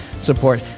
support